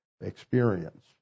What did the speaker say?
experience